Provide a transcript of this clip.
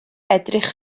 edrych